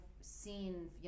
seen